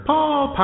Paul